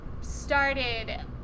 started